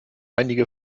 einige